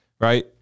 right